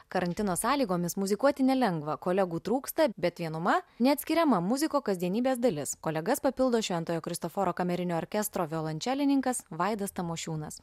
karantino sąlygomis muzikuoti nelengva kolegų trūksta bet vienuma neatskiriama muziko kasdienybės dalis kolegas papildo šventojo kristoforo kamerinio orkestro violončelininkas vaidas tamošiūnas